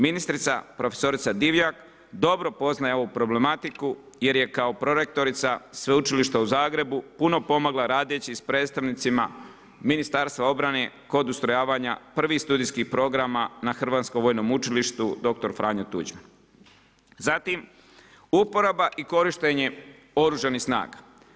Ministrica profesorica Divjak, dobro poznaje ovu problematiku, jer je kao prorektorica Sveučilišta u Zagrebu, puno pomogla radeći s predstavnicima ministarstva obrane kod ustrojavanja prvih studijskih programa na Hrvatskom vojnom učilištu dr. Franjo Tuđman, zatim, uporaba i korištenje oružanih snaga.